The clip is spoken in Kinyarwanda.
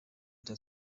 leta